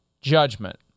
judgment